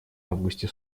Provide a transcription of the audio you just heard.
августе